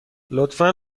لطفا